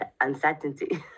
uncertainty